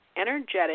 Energetic